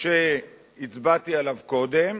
שהצבעתי עליו קודם,